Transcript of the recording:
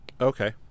Okay